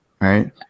right